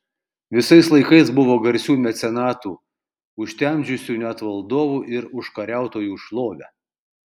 visais laikais buvo garsių mecenatų užtemdžiusių net valdovų ir užkariautojų šlovę